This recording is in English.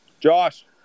Josh